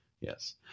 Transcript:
yes